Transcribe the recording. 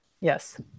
Yes